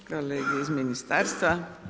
Kolege iz ministarstva.